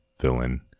villain